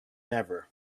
never